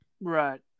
Right